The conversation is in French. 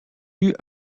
eut